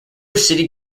city